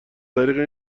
طریق